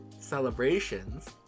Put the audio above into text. celebrations